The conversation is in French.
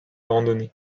randonnée